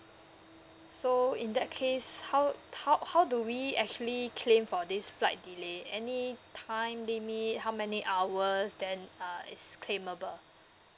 so in that case how how how do we actually claim for this flight delay any time limit how many hours then uh it's claimable